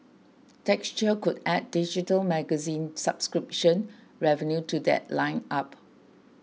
texture could add digital magazine subscription revenue to that lineup